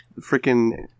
freaking